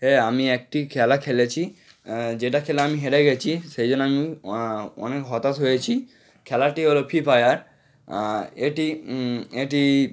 হ্যাঁ আমি একটি খেলা খেলেছি যেটা খেলে আমি হেরে গেছি সেই জন্য আমি অনেক হতাশ হয়েছি খেলাটি হলো ফ্রি ফায়ার এটি এটি